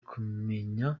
kumenya